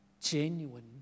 genuine